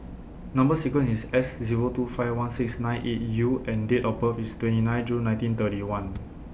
Number sequence IS S Zero two five one six nine eight U and Date of birth IS twenty nine June nineteen thirty one